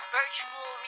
virtual